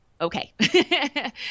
okay